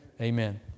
Amen